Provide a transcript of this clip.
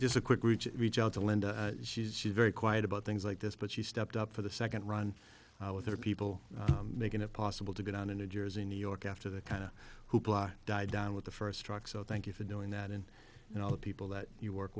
just a quick reach reach out to linda she says she's very quiet about things like this but she stepped up for the second run with her people making it possible to get on a new jersey new york after the kind of hoopla died down with the first strike so thank you for doing that and you know the people that you work